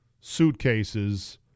suitcases